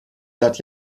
seit